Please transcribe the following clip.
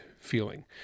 feeling